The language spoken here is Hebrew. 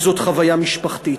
וזאת חוויה משפחתית.